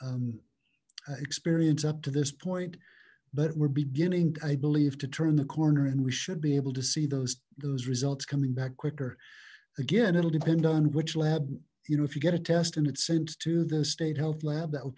testing experience up to this point but we're beginning i believe to turn the corner and we should be able to see those those results coming back quicker again it'll depend on which lab you know if you get a test and it's sent to the state health lab that w